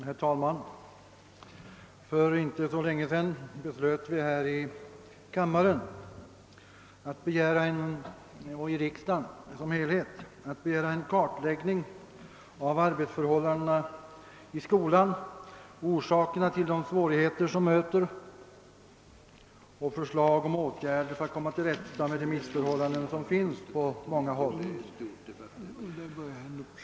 Herr talman! För inte så länge sedan beslöt vi här i riksdagen, och med all rätt, att begära en kartläggning av arbetsförhållandena i skolan, orsakerna till de svårigheter som möter och förslag om åtgärder för att komma till rät ta med de missförhållanden som finns på många håll.